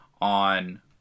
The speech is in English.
on